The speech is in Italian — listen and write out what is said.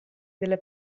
della